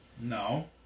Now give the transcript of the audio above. No